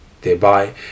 thereby